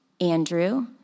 Andrew